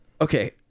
okay